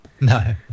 No